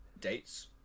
dates